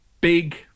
big